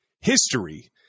history